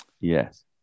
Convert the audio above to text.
Yes